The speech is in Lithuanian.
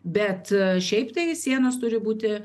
bet šiaip tai sienos turi būti